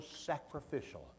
sacrificial